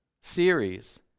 series